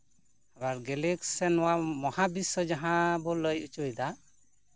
ᱱᱚᱣᱟ ᱜᱮᱞᱮᱠ ᱥᱮ ᱱᱚᱣᱟ ᱢᱚᱦᱟᱵᱤᱥᱥᱚ ᱡᱟᱦᱟᱸ ᱵᱚ ᱞᱟᱹᱭ ᱦᱚᱪᱚᱭᱫᱟ